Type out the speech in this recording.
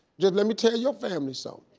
just let me tell your family so